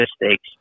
mistakes